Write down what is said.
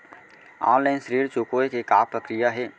Online ऋण चुकोय के का प्रक्रिया हे?